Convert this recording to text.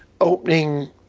opening